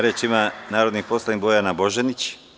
Reč ima narodni poslanik Bojana Božanić.